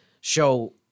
show